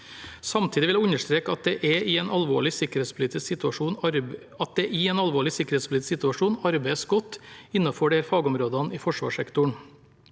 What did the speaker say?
Samtidig vil jeg understreke at det i en alvorlig sikkerhetspolitisk situasjon arbeides godt innenfor disse fagområdene i forsvarssektoren.